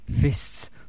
fists